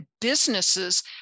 businesses